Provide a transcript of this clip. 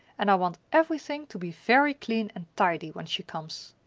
and i want everything to be very clean and tidy when she comes.